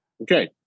Okay